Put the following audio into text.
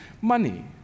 money